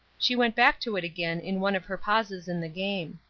she went back to it again in one of her pauses in the game.